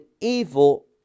evil